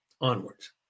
onwards